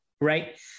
right